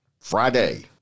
Friday